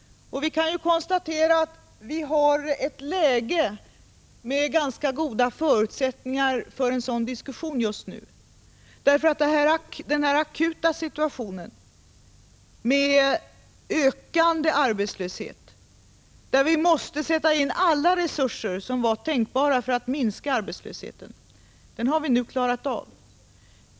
Vi kan konstatera att vi nu har ett läge med ganska goda förutsättningar för sådana diskussioner. Den akuta situationen med ökande arbetslöshet där vi måste sätta in alla tänkbara resurser för att minska arbetslösheten har vi nu klarat av.